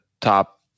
top